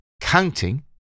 counting